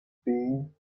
being